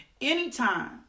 Anytime